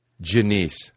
Janice